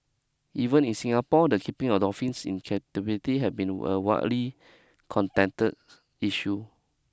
even in Singapore the keeping of dolphins in captivity have been a widely contented issue